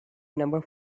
number